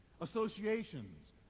associations